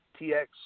TX